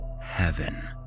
Heaven